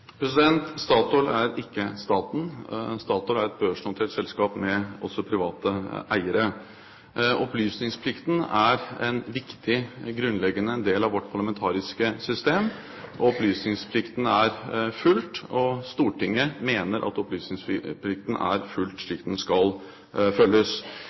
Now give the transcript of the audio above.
Statoil er ikke staten. Statoil er et børsnotert selskap med også private eiere. Opplysningsplikten er en viktig, grunnleggende del av vårt parlamentariske system. Opplysningsplikten er fulgt, og Stortinget mener at opplysningsplikten er fulgt slik den skal følges.